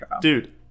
Dude